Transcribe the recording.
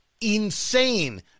insane